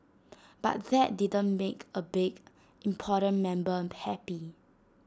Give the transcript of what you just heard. but that didn't make A big important member happy